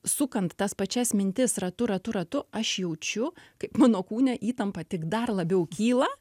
sukant tas pačias mintis ratu ratu ratu aš jaučiu kaip mano kūne įtampa tik dar labiau kyla